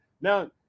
Now